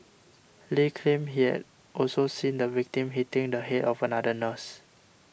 Lee claimed he had also seen the victim hitting the head of another nurse